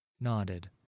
nodded